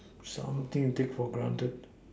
something you take for granted